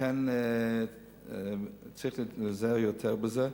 לכן צריך להיזהר יותר מזה.